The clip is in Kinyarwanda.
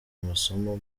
amasomo